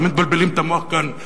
תמיד מבלבלים את המוח כאן.